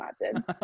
imagine